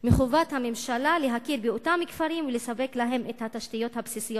מוסדות המדינה, המונעת מהם את הזכות הבסיסית